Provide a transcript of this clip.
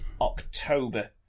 October